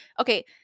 okay